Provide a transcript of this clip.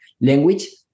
language